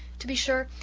to be sure,